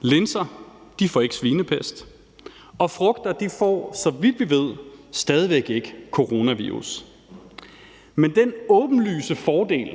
linser får ikke svinepest, og frugter får, så vidt vi ved, stadig væk ikke coronavirus, men den åbenlyse fordel